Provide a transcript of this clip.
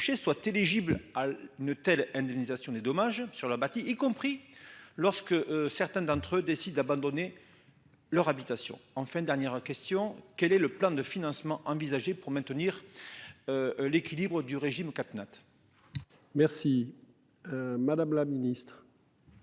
soit éligibles à ne telle indemnisation des dommages sur le bâti, y compris lorsque certains d'entre eux décident d'abandonner. Leur habitation. Enfin dernière question, quel est le plan de financement envisagé pour maintenir. L'équilibre du régime Catnat. Pff. Merci. Madame la ministre.